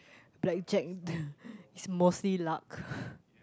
black Jack is mostly luck